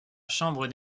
chambre